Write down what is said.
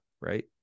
right